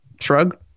shrug